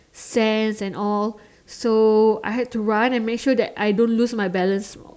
sands and all so I had to run and make sure that I don't lose my balance